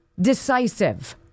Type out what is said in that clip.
decisive